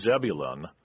Zebulun